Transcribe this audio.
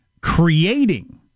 creating